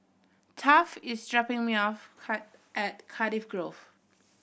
Taft is dropping me off at Cardiff Grove